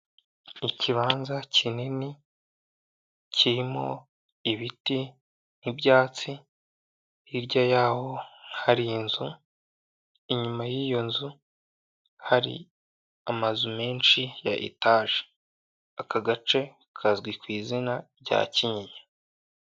Ikibanza kinini kirimo ibiti n'ibyatsi, hirya y'aho hari inzu, inyuma y'iyo nzu hari amazu menshi ya etaje, aka gace kazwi ku izina rya Kinyinya.